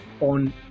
on